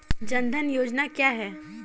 जनधन योजना क्या है?